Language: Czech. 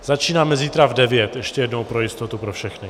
Začínáme zítra v 9 hodin, ještě jednou pro jistotu pro všechny.